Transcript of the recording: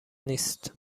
نیست